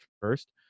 first